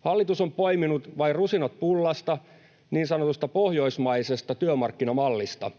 Hallitus on poiminut vain rusinat pullasta niin sanotusta pohjoismaisesta työmarkkinamallista.